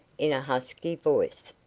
in a husky voice,